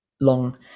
long